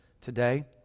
today